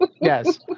Yes